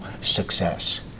success